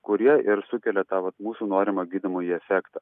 kurie ir sukelia tą vat mūsų norimą gydomąjį efektą